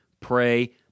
pray